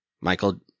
Michael